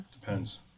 Depends